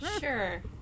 Sure